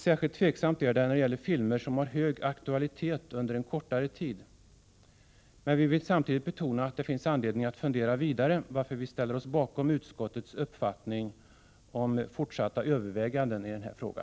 Särskilt tvivelaktigt är det när det gäller filmer som har hög aktualitet under en kortare tid. Men vi vill samtidigt betona att det finns anledning att fundera vidare, varför vi ställer oss bakom utskottets uppfattning om fortsatta överväganden i denna fråga.